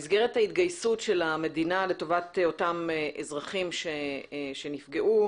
במסגרת ההתגייסות של המדינה לטובת אותם אזרחים שנפגעו,